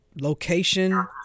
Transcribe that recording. location